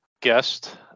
guest